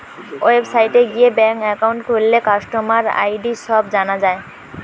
ওয়েবসাইটে গিয়ে bank account খুললে কাস্টমার আই.ডি সব জানা যায়